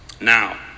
Now